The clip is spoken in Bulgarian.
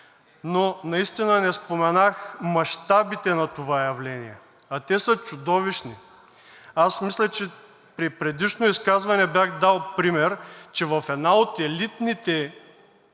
но наистина не споменах мащабите на това явление, а те са чудовищни. Аз мисля, че при предишно изказване бях дал пример, че в един от елитните